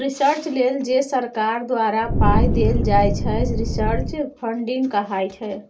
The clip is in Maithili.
रिसर्च लेल जे सरकार द्वारा पाइ देल जाइ छै रिसर्च फंडिंग कहाइ छै